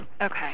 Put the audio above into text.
Okay